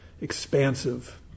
expansive